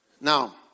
Now